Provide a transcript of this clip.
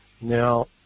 Now